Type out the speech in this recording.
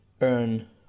earn